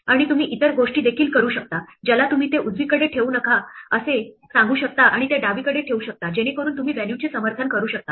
आणि तुम्ही इतर गोष्टी देखील करू शकता ज्याला तुम्ही ते उजवीकडे ठेवू नका असे सांगू शकता आणि ते डावीकडे ठेवू शकताजेणेकरून तुम्ही व्हॅल्यूचे समर्थन करू शकता